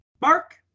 Mark